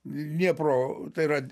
dniepro tai yra